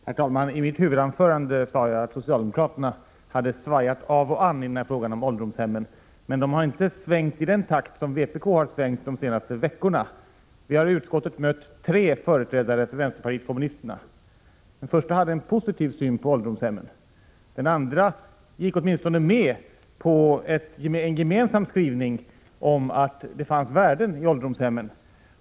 Herr talman! I mitt huvudanförande sade jag att socialdemokraterna hade svajat av och an i fråga om ålderdomshemmen, men de har inte svängt i samma takt som vpk har gjort under de senaste veckorna. Vi har i utskottet mött tre företrädare för vänsterpartiet kommunisterna. Den första hade en positiv syn på ålderdomshemmen. Den andra gick åtminstone med på en gemensam skrivning om att det fanns värden i ålderdomshemmen.